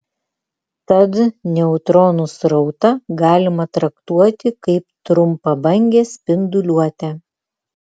tad neutronų srautą galima traktuoti kaip trumpabangę spinduliuotę